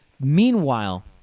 Meanwhile